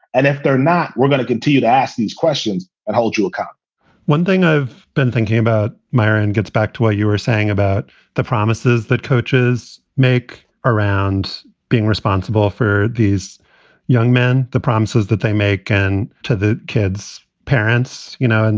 and if they're not, we're going to continue to ask these questions and hold you up kind of one thing i've been thinking about, marion, gets back to what you were saying about the promises that coaches make around being responsible for these young men, the promises that they make. and to the kids parents, you know, and